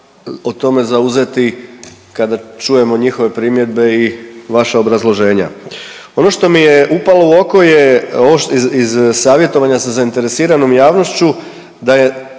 o tome zauzeti kada čujemo njihove primjedbe i vaša obrazloženja. Ono što mi je upalo u oko iz savjetovanja sa zainteresiranom javnošću da je